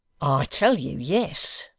i tell you, yes.